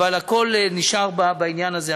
אבל הכול נשאר בעניין הזה.